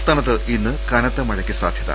സംസ്ഥാനത്ത് ഇന്ന് കനത്ത മഴയ്ക്ക് സാധ്യത